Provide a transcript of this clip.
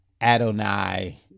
Adonai